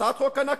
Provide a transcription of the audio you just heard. הצעת חוק ה"נכבה"